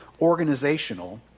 organizational